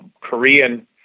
Korean